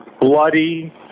bloody